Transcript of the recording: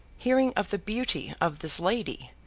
hearing of the beauty of this lady,